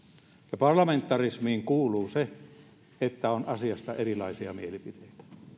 ja parlamentarismiin kuuluu se että asiasta on erilaisia mielipiteitä